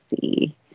see